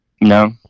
No